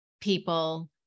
people